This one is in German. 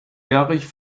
erich